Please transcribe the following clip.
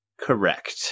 correct